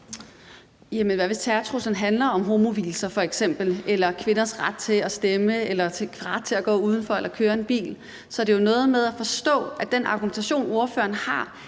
nu, hvis terrortruslen handler om homovielser, f.eks., eller kvinders ret til at stemme eller ret til at gå udenfor eller køre en bil? Så det er jo noget med at forstå, at den argumentation, ordføreren har,